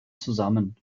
zusammen